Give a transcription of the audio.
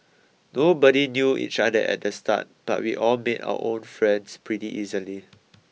nobody knew each other at the start but we all made our own friends pretty easily